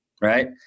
Right